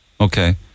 Okay